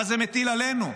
מה זה מטיל עלינו?